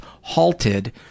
halted